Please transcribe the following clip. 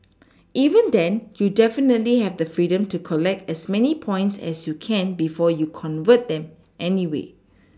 even then you definitely have the freedom to collect as many points as you can before you convert them anyway